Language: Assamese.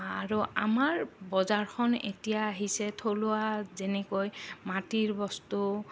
আৰু আমাৰ বজাৰখন এতিয়া আহিছে থলুৱা যেনেকৈ মাটিৰ বস্তু